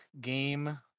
game